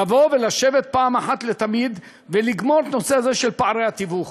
לבוא ולשבת ולגמור את הנושא הזה של פערי התיווך